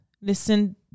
listen